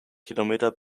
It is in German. kilometer